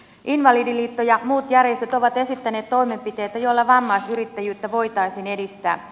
invalidiliitto ja muut järjestöt ovat esittäneet toimenpiteitä joilla vammaisyrittäjyyttä voitaisiin edistää